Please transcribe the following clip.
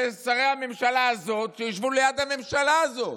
ושרי הממשלה הזאת, שישבו ליד הממשלה הזאת,